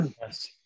Yes